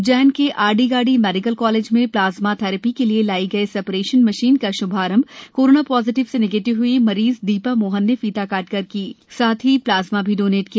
उज्जैन के R D Gardi medical college में plasma therapy के लिए लाई गई सेपरेटर मशीन का श्भारंभ कोरोना पॉजिटिव से नेगेटिव हई मरीज दीपा मोहन ने फीता काटकर किया साथ ही प्लाज्मा डोनेट भी किया